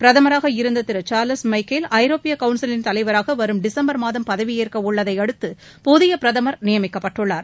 பிரதமராக இருந்த திரு சார்லஸ் மைக்கேல் ஐரோப்பிய கவுன்சிலின் தலைவராக வரும் டிசும்பர் மாதம் பதவியேற்க உள்ளதை அடுத்து புதிய பிரதமர் நியமிக்கப்பட்டுள்ளார்